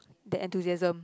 that enthusiasm